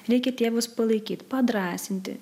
reikia tėvus palaikyt padrąsinti